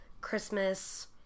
christmas